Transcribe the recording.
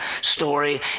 story